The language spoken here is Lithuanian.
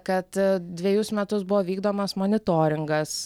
kad dvejus metus buvo vykdomas monitoringas